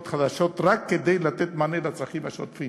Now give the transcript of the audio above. חדשות רק כדי לתת מענה לצרכים השוטפים.